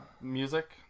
Music